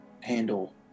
handle